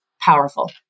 powerful